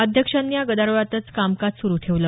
अध्यक्षांनी या गदारोळातच कामकाज सुरु ठेवलं